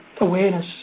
awareness